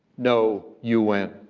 no un.